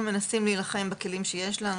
אנחנו מנסים להילחם בכלים שיש לנו,